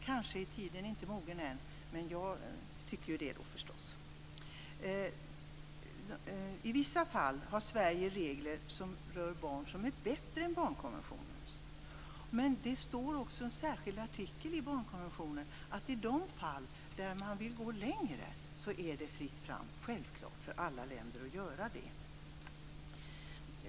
Kanske är tiden ännu inte mogen, vilket jag förstås tycker att den är. I vissa fall har Sverige regler som rör barn som är bättre än barnkonventionens regler. I en särskild artikel i barnkonventionen står det att det i de fall där man vill gå längre självklart är fritt fram för alla länder att göra det.